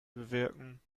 bewirken